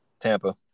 Tampa